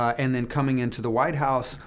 and then coming into the white house,